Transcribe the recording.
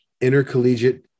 Intercollegiate